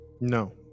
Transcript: No